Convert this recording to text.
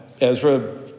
Ezra